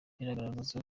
bigaragaza